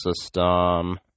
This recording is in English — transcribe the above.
system